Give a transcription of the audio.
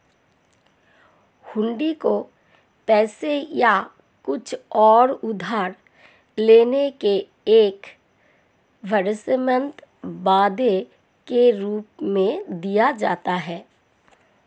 हुंडी को पैसे या कुछ और उधार लेने के एक भरोसेमंद वादे के रूप में दिया जाता है